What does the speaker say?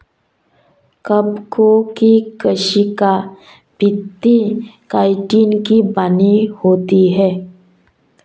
कवकों की कोशिका भित्ति काइटिन की बनी होती है